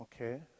okay